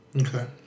okay